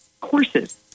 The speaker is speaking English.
courses